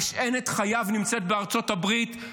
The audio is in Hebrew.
משענת חייו נמצאת בארצות הברית,